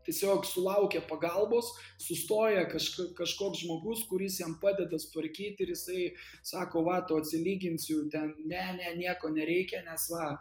tiesiog sulaukia pagalbos sustoja kažka kažkoks žmogus kuris jam padeda sutvarkyt ir jisai sako va tau atsilyginsiu ten ne ne nieko nereikia nes va